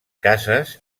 cases